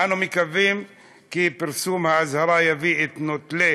אנו מקווים כי פרסום האזהרה יביא את נוטלי